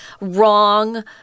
wrong